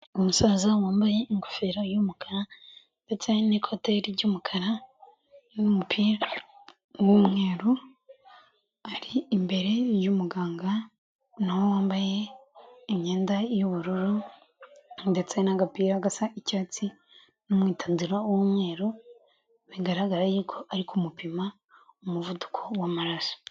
Umusaza wambaye ingofero y'umukara ndetse n'ikote ry'umukara n'umupira w'umweru, ari imbere y'umuganga na we wambaye imyenda y'ubururu ndetse n'agapira gasa icyatsi n'umwitandiro w'umweru, bigaragara yuko ari kumupima umuvuduko w'amaraso.